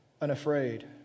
Unafraid